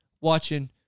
watching